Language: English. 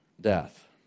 death